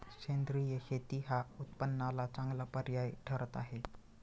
सेंद्रिय शेती हा उत्पन्नाला चांगला पर्याय ठरत आहे